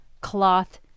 cloth